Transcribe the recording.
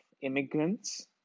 immigrants